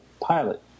pilot